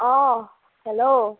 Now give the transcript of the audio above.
অ' hello